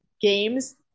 games